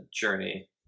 journey